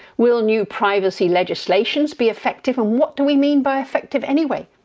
will new privacy legislations be effective, and what do we mean by effective anyway?